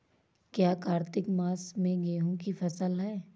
क्या कार्तिक मास में गेहु की फ़सल है?